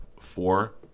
four